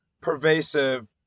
pervasive